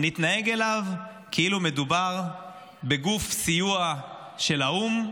נתנהג אליו כאילו מדובר בגוף סיוע של האו"ם.